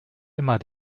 immer